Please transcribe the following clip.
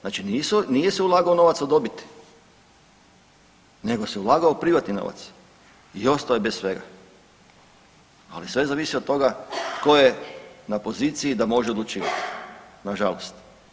Znači nije se ulagao novac od dobiti, nego se ulagao privatni novac i ostao je bez svega, ali sve zavisi od toga tko je na poziciji da može odlučivati, nažalost.